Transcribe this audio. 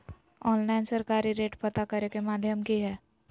Online सरकारी rate पता करे के माध्यम की हय?